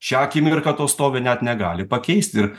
šią akimirką to stovio net negali pakeist ir